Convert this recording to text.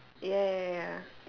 ya ya ya ya